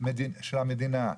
של המדינה,